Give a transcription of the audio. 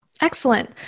Excellent